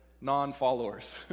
non-followers